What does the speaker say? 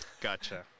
Gotcha